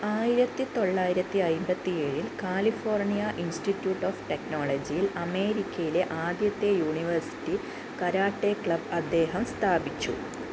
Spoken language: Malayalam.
ആയിരത്തി തൊള്ളായിരത്തി അമ്പത്തിയേഴിൽ കാലിഫോർണിയ ഇൻസ്റ്റിറ്റ്യൂട്ട് ഓഫ് ടെക്നോളജിയിൽ അമേരിക്കയിലെ ആദ്യത്തെ യൂണിവേഴ്സിറ്റി കരാട്ടെ ക്ലബ് അദ്ദേഹം സ്ഥാപിച്ചു